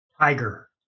Tiger